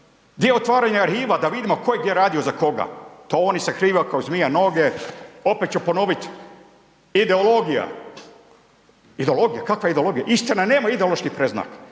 Di je otvaranja arhiva da vidimo ko je gdje radio za koga? To oni sakrivaju kao zmija noge. Opet ću ponovit, ideologija. Ideologija. Kakva ideologija? Istina, nema ideoloških predznaka.